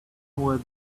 were